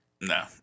No